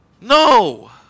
No